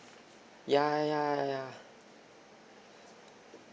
ya ya ya